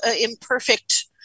imperfect